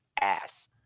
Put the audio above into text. ass